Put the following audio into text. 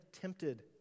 tempted